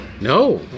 No